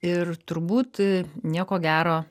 ir turbūt nieko gero